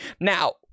now